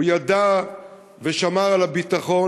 הוא ידע ושמר על הביטחון,